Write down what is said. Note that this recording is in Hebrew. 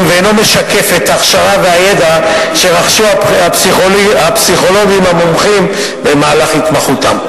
ואינו משקף את ההכשרה והידע שרכשו הפסיכולוגים המומחים במהלך התמחותם.